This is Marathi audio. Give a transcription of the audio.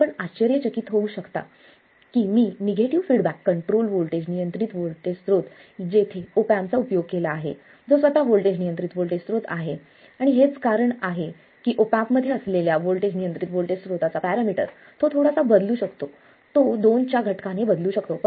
आपण आश्चर्यचकित होऊ शकता की मी निगेटिव्ह फीडबॅक कंट्रोल व्होल्टेज नियंत्रित व्होल्टेज स्त्रोत जेथे ऑप एम्पचा उपयोग केला आहे जो स्वत व्होल्टेज नियंत्रित व्होल्टेज स्रोत आहे हेच कारण की ऑप एम्प मध्ये असलेल्या व्होल्टेज नियंत्रित व्होल्टेज स्त्रोता चा पॅरामीटर तो थोडासा बदलू शकतो तो दोनच्या घटका ने बदलू शकतो